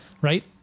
right